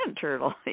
turtle